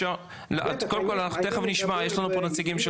אנחנו תכף נשמע, יש לנו נציגים של